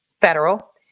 federal